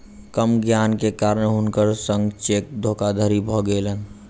कम ज्ञान के कारण हुनकर संग चेक धोखादड़ी भ गेलैन